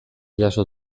jaso